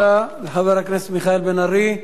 תודה לחבר הכנסת מיכאל בן-ארי.